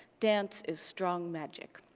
dance is strong magic.